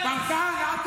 פעם אחת --- אתה לא מתבייש?